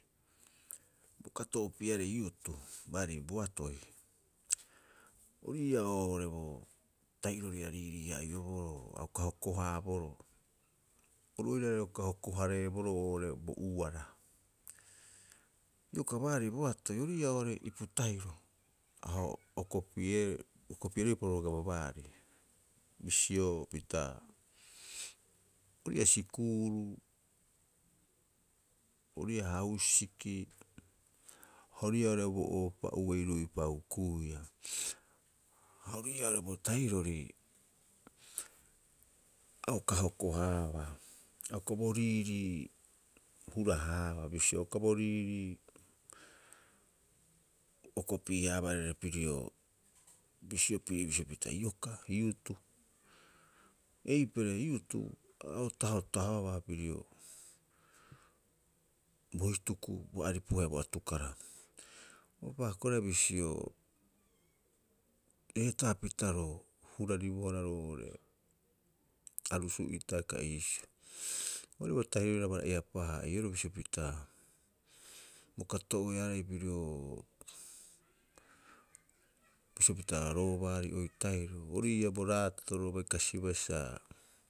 Bo kato'opiarei youth baari boatoi, ori ii'aa oo'ore bo tahirori a riirii- haa'ioboroo a uka ho- haaboroo. Oru oira are uka hoko- hareeboroo oo'ore bo ubara. Ioka baarii boatoi ori ii'aa oo'ore ipu tahiro a hokopi'ereupa roo'ore goverment, bisio pita ori ii'aa sikuuru, ori ii'aa hausiki, ori ii'aa oo'ore bo ohopa uei rui'upa hukuiia. Ha ori' ii'aa oo'ore bo tahirori, a uka hoko- haabaa a uka bo riirii hura- haaba bisio uka bo riiri hokopi'e- haabaa airare pirio bisio piri pita iokaa, youth. Eipare youth a o tahotahobaa pirio bo hituku bo aripu haia bo atukara. A paakoraea bisio, heetaapita ro huraribohara roo'ore arusu'ita kai iisio. Oira o tahiroraba eapaa- haa'ieroo bisio pita, bo kato'oeaarei piro bisio pita law man oita'iro. Ori ii'aa bo raataro abai kasibaa sa.